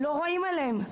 לא רואים עליהם את זה.